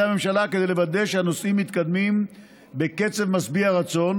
הממשלה כדי לוודא שהנושאים מתקדמים בקצב משביע רצון,